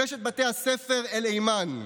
רשת בתי הספר אלאימאן,